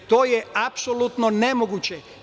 To je apsolutno nemoguće.